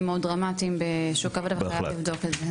מאוד דרמטיים בשוק העבודה וחייב לבדוק את זה.